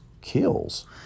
kills